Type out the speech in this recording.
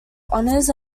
honours